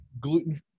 gluten